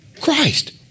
Christ